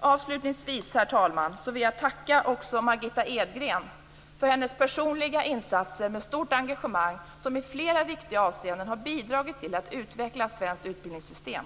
Avslutningsvis, herr talman, vill jag tacka Margitta Edgren för hennes personliga insatser och stora engagemang, som i flera viktiga avseenden har bidragit till att utveckla svenskt utbildningssystem.